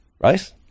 right